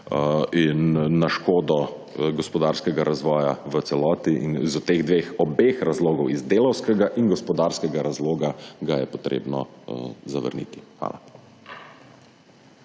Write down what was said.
in na škodo gospodarskega razvoja v celoti zaradi teh dveh obeh razlogov iz delavskega in gospodarskega razloga ga je potrebno zavrniti. Hvala.